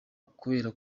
kubera